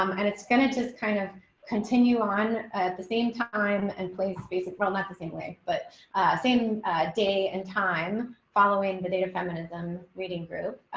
um and it's going to just kind of continue on at the same time and place, basic rule, not the same way, but same day and time following the data feminism reading group.